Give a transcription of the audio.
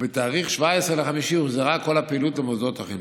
ובתאריך 17 במאי הוחזרה כל הפעילות למוסדות החינוך.